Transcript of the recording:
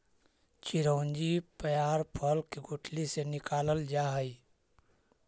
चिरौंजी पयार फल के गुठली से निकालल जा हई